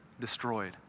destroyed